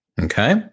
Okay